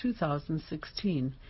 2016